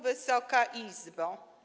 Wysoka Izbo!